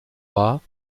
war